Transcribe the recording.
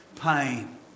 pain